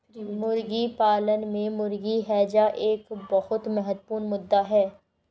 मुर्गी पालन में मुर्गी हैजा एक बहुत महत्वपूर्ण मुद्दा है